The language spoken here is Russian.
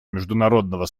международного